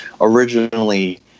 originally